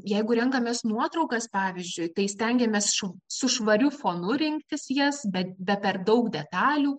jeigu renkamės nuotraukas pavyzdžiui tai stengiamės šuv su švariu fonu rinktis jas bet be per daug detalių